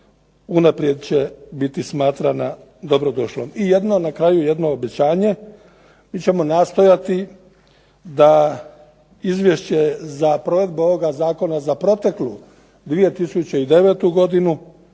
unaprijed će biti smatrana dobro došlom. I na kraju jedno obećanje. Mi ćemo nastojati da izvješće za provedbu ovoga zakona za proteklu 2009. godinu